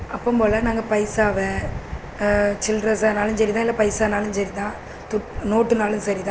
அப்போவும் போல் நாங்கள் பைசாவை சில்லறஸானாலும் சரி தான் பைசானாலும் சரி தான் துட் நோட்டுனாலும் சரி தான்